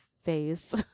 Face